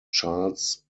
charles